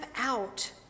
out